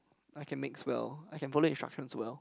I can mix well I can follow instruction well